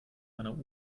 einer